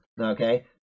okay